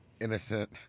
innocent